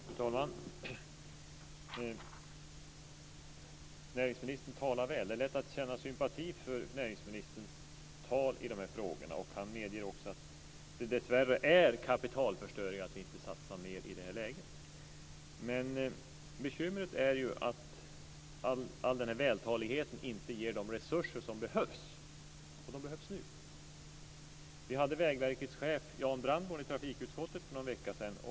Fru talman! Näringsministern talar väl. Det är lätt att känna sympati för näringsministerns tal i de här frågorna. Han medger också att det dessvärre är kapitalförstöring att inte satsa mer i det här läget. Bekymret är att all denna vältalighet inte ger de resurser som behövs - nu. Vi hade Vägverkets chef, Jan Brandborn, på besök i trafikutskottet för någon vecka sedan.